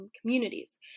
communities